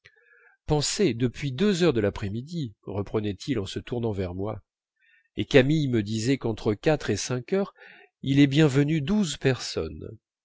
pensez depuis deux heures de l'après-midi reprenait-il en se tournant vers moi et camille me disait qu'entre quatre et cinq heures il est bien venu douze personnes